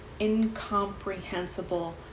incomprehensible